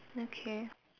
okay